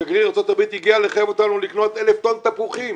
שגריר ארצות הברית הגיע לחייב אותנו לקנות 1,000 טון תפוחים,